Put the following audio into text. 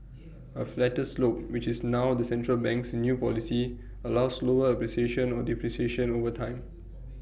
A flatter slope which is now the central bank's new policy allows slower appreciation or depreciation over time